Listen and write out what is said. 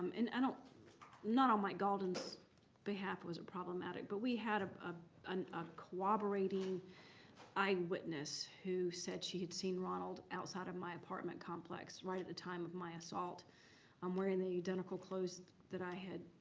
and and not on mike gauldin's behalf was it problematic. but we had ah and a cooperating eyewitness who said she'd seen ronald outside of my apartment complex right at the time of my assault um wearing the identical clothes that i had